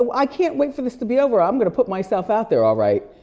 ah i can't wait for this to be over. i'm gonna put myself out there, all right.